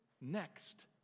next